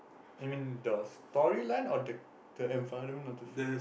you mean the storyline or the the environment or the feel